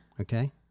Okay